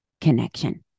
connection